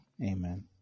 Amen